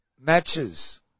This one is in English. Matches